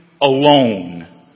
alone